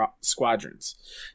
Squadrons